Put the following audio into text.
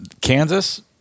Kansas